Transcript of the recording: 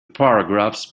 paragraphs